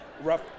Rough